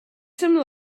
some